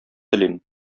телим